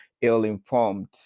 ill-informed